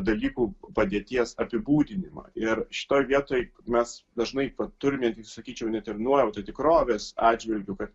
dalykų padėties apibūdinimą ir šitoj vietoj mes dažnai vat turime sakyčiau net ir nuojautą tikrovės atžvilgiu kad